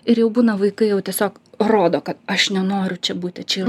ir jau būna vaikai jau tiesiog rodo kad aš nenoriu čia būti čia